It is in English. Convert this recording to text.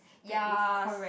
ya